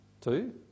Two